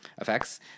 effects